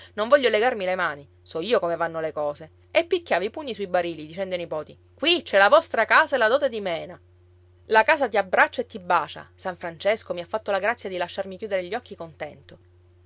non voglio legarmi le mani so io come vanno le cose e picchiava i pugni sui barili dicendo ai nipoti qui c'è la vostra casa e la dote di mena la casa ti abbraccia e ti bacia san francesco mi ha fatto la grazia di lasciarmi chiudere gli occhi contento